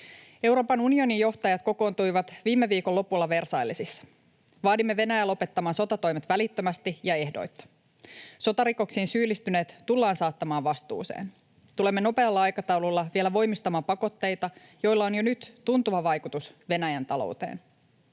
Euroopan unionin johtajat kokoontuivat viime viikon lopulla Versaillesissa. Vaadimme Venäjää lopettamaan sotatoimet välittömästi ja ehdoitta. Sotarikoksiin syyllistyneet tullaan saattamaan vastuuseen. Tulemme nopealla aikataululla vielä voimistamaan pakotteita, joilla on jo nyt tuntuva vaikutus Venäjän talouteen.